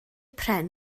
pren